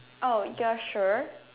oh you are sure